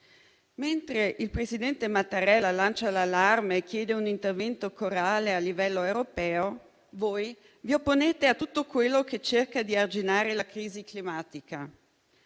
Mentre il presidente Mattarella lancia l'allarme e chiede un intervento corale a livello europeo, voi vi opponete a tutto quello che cerca di arginare la crisi climatica: